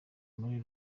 muri